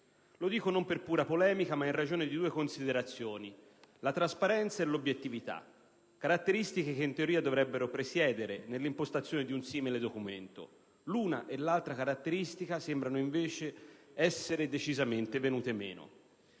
Lo dico non per pura polemica ma in ragione di due considerazioni: la trasparenza e l'obiettività, caratteristiche che in teoria dovrebbero presiedere all'impostazione di un simile documento. L'una e l'altra caratteristica sembrano invece essere decisamente venute meno.